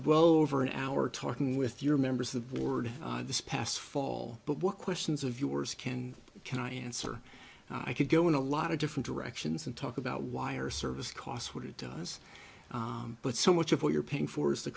well over an hour talking with your members of the board this past fall but what questions of yours can can answer i could go in a lot of different directions and talk about wire service costs what it does but so much of what you're paying for is the